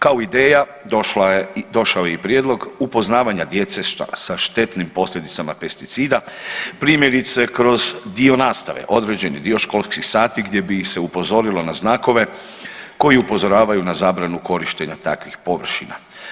Kao ideja došao je i prijedlog upoznavanja djece sa štetnim posljedicama pesticida primjerice kroz dio nastave, određeni dio školskih sati gdje bi ih se upozorilo na znakove koji upozoravaju na zabranu korištenja takvih površina.